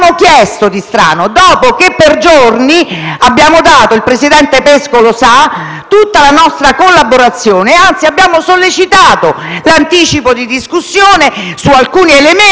abbiamo chiesto di strano, dopo che per giorni abbiamo dato - il presidente Pesco lo sa - tutta la nostra collaborazione? Anzi, abbiamo sollecitato l'anticipo della discussione su alcuni elementi